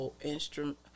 instrument